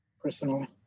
personally